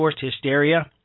hysteria